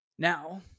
Now